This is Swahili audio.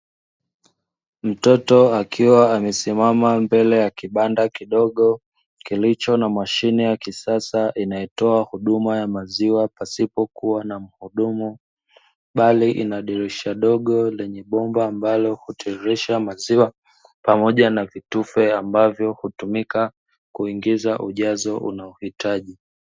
Mtoto akiwa amesimama mbele ya kibanda kidogo, kilicho na mashine ya kisasa inayotoa huduma ya maziwa pasipo kuwa na mhudumu, bali ina dirisha dogo lenye bomba ambalo hutiririsha maziwa, pamoja na vitufe ambavyo hutumika kuingiza ujazo unaohitaji.